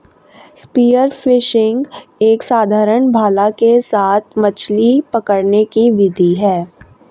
spear fishing एक साधारण भाला के साथ मछली पकड़ने की एक विधि है